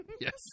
yes